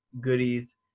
goodies